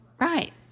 Right